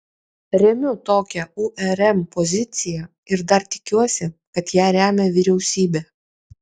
remiu tokią urm poziciją ir dar tikiuosi kad ją remia vyriausybė